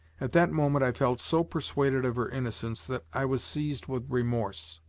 at that moment i felt so persuaded of her innocence that i was seized with remorse.